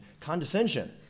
condescension